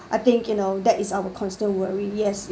I think you know that is our constant worry yes